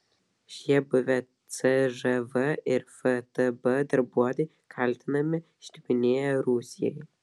šie buvę cžv ir ftb darbuotojai kaltinami šnipinėję rusijai